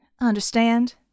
Understand